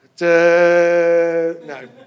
No